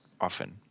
often